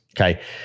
Okay